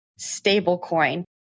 stablecoin